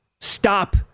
stop